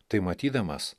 tai matydamas